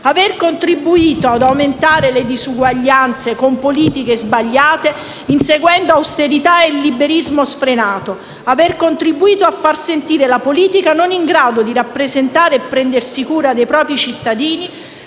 l'aver contribuito ad aumentare le diseguaglianze con politiche sbagliate, inseguendo austerità e liberismo sfrenato; l'aver contribuito a far sentire la politica non in grado di rappresentare e prendersi cura dei propri cittadini,